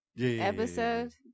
episode